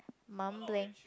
mumbling